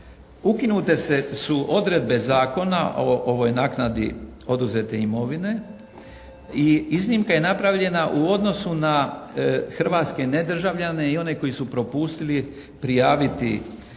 ukinute su odredbe Zakona o ovoj naknadi oduzete imovine i iznimka je napravljena u odnosu na hrvatske nedržavljane i one koji su propustili prijaviti svoj